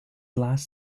last